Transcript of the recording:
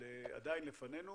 עדיין לפנינו